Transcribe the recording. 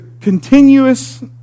continuous